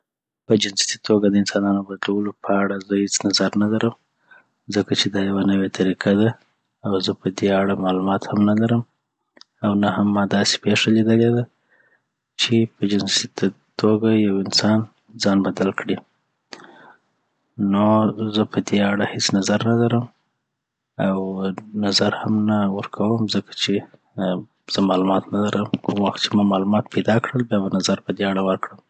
په جنسیتي توګه د انسانانو بدلو په اړه زه هیڅ نظر نلرم ځکه چی دا یوه نوي طریقه ده او زه پدي اړه معلومات هم نلرم او نه هم ما داسي پېښه لیدلي ده چي چي په جنسیتي توګه یو انسان ځان بدل کړي .نو زه پدی اړه هیڅ کوم نظر نلرم او نظر هم نه ورکوم ځکه چی زه معلومات نلرم کوم وخت چی ما معلومات پیداکړل بیابه نظر پدی اړه ورکړم